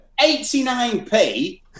89p